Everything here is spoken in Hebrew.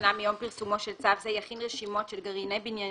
שנה מיום פרסומו של צו זה יכין רשימות של גרעיני בניינים,